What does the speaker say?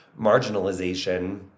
marginalization